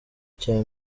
cya